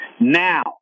Now